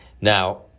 Now